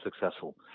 successful